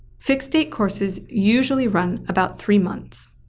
fixed date courses usually run about three months.